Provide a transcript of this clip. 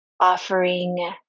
offering